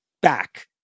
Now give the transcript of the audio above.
back